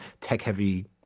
tech-heavy